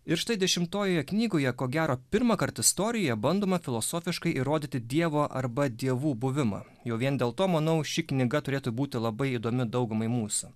ir štai dešimtojoje knygoje ko gero pirmąkart istorija bandoma filosofiškai įrodyti dievo arba dievų buvimą jau vien dėl to manau ši knyga turėtų būti labai įdomi daugumai mūsų